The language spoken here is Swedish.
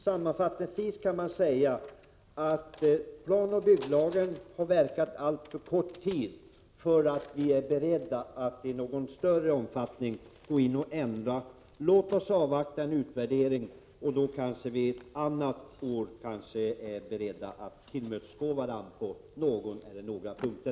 Sammanfattningsvis kan sägas att planoch bygglagen har verkat alltför kort tid för att vi skall vara beredda att i någon större omfattning gå in och ändra i den. Låt oss avvakta en utvärdering. Ett annat år kanske vi är beredda att tillmötesgå varandra på någon eller några punkter.